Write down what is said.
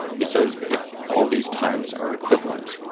he says, if all these times are equivalent,